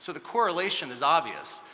so the correlation is obvious.